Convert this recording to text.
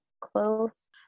close